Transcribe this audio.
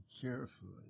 carefully